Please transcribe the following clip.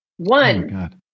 One